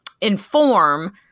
inform